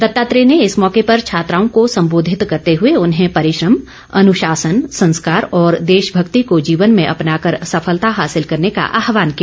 दत्तात्रेय ने इस मौके पर छात्राओं को सम्बोधित करते हुए उन्हें परिश्रम अनुशासन संस्कार और देशभक्ति को जीवन में अपनाकर सफलता हासिल करने का आहवान किया